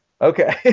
Okay